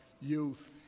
youth